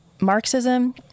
Marxism